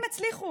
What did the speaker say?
הם הצליחו.